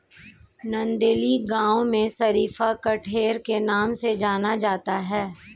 नंदेली गांव में शरीफा कठेर के नाम से जाना जाता है